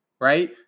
Right